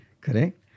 correct